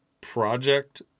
project